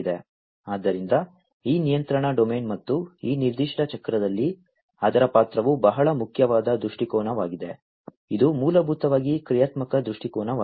ಆದ್ದರಿಂದ ಈ ನಿಯಂತ್ರಣ ಡೊಮೇನ್ ಮತ್ತು ಈ ನಿರ್ದಿಷ್ಟ ಚಕ್ರದಲ್ಲಿ ಅದರ ಪಾತ್ರವು ಬಹಳ ಮುಖ್ಯವಾದ ದೃಷ್ಟಿಕೋನವಾಗಿದೆ ಇದು ಮೂಲಭೂತವಾಗಿ ಕ್ರಿಯಾತ್ಮಕ ದೃಷ್ಟಿಕೋನವಾಗಿದೆ